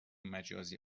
مجازی